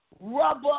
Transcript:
Rubber